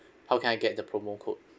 how can I get the promo code